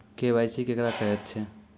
KYC केकरा कहैत छै?